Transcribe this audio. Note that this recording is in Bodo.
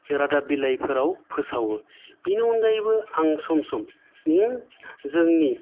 रादाब बिलाइफोराव फोसावो बेनि अनगायैबो आं सम सम जोंनि